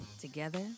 together